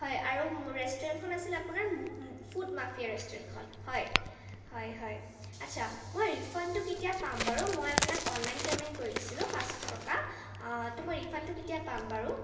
হয় আৰু ৰেষ্টুৰেন্টখন আছিলে আপোনাৰ ফুড মাফিয়া ৰেষ্টুৰেন্ট খন হয় হয় হয় আচ্ছা মই ৰিফাণ্ডটো কেতিয়া পাম বাৰু মই আপোনাক অনলাইন পে'মেণ্ট কৰি দিছিলোঁ পাঁচশ টকা তো মই ৰিফাণ্ডটো কেতিয়া পাম বাৰু